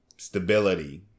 Stability